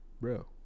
bro